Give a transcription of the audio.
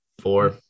Four